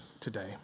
today